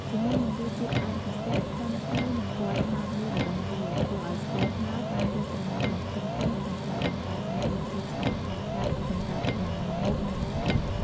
ជាមួយនឹងរសជាតិផ្អែមពិសេស ក្លិនឈ្ងុយ និងពណ៌ត្នោតមាសរបស់វា ធ្វើឱ្យស្ករត្នោតបានរួមចំណែកយ៉ាងធំធេងក្នុងការបង្កើតនូវរសជាតិឆ្ងាញ់ប្លែកៗសម្រាប់ទាំងម្ហូប និងបង្អែម។